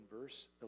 verse